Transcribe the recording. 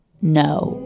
no